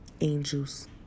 angels